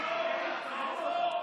עצור,